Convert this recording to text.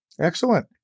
Excellent